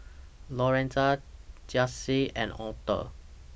Lorenza Janyce and Author